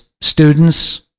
students